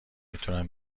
میتونم